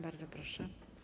Bardzo proszę.